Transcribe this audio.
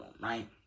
right